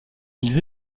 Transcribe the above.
ils